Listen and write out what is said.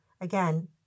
again